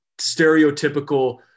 stereotypical